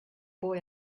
boy